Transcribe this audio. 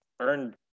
earned